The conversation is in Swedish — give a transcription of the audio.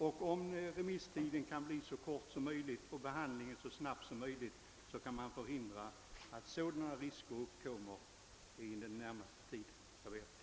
Om remisstiden blir så kort som möjligt och behandlingen så snabb som möjligt, kan man hindra att sådana risker uppkommer inom den närmaste tiden.